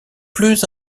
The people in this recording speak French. plus